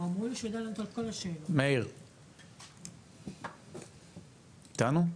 מאיר עדיין אתנו?